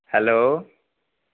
hello